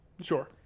Sure